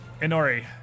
Inori